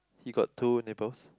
he got two nipples